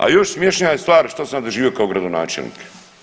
A još smješnija je stvar što sam doživio kao gradonačelnik.